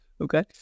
Okay